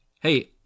Hey